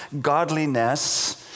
godliness